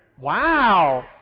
Wow